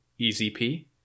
EZP